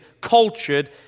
cultured